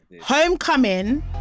Homecoming